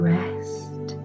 rest